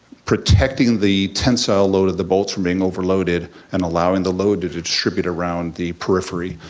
protecting the tensile load of the bolts from being overloaded and allowing the load to distribute around the periphery,